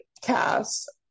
cast